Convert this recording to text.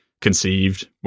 conceived